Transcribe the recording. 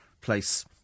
place